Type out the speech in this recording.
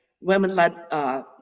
women-led